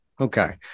okay